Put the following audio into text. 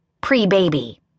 pre-baby